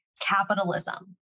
capitalism